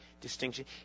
distinction